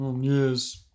Yes